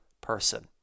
person